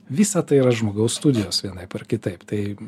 visa tai yra žmogaus studijos vienaip ar kitaip tai